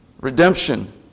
Redemption